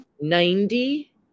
ninety